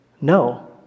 no